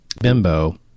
bimbo